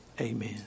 Amen